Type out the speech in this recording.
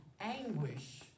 anguish